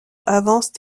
avancent